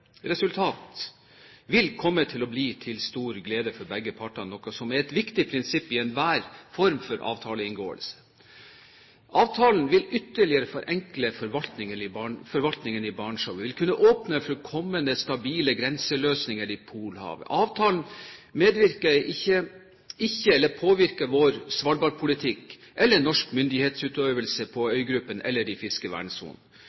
vil komme til å bli til stor glede for begge parter, noe som er et viktig prinsipp i enhver form for avtaleinngåelse. Avtalen vil ytterligere forenkle forvaltningen i Barentshavet og vil kunne åpne for kommende, stabile grenseløsninger i Polhavet. Avtalen påvirker ikke vår svalbardpolitikk eller norsk myndighetsutøvelse på